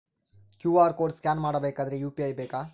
QR code scan ಮಾಡಬೇಕಾದರೆ UPI ಬೇಕಾ?